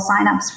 signups